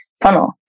funnel